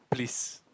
please